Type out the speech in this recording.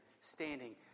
standing